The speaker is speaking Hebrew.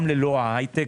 גם ללא ההייטק,